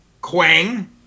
Quang